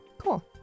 Cool